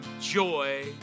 joy